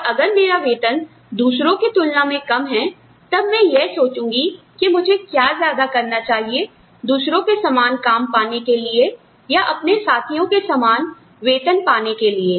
और अगर मेरा वेतन दूसरों की तुलना में कम है तब मैं यह सोचूंगी कि मुझे क्या ज्यादा करना चाहिए दूसरों के समान काम पाने के लिए या अपने साथियों के समान वेतन पाने के लिए